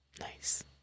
Nice